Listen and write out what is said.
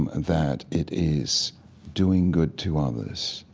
and that it is doing good to others,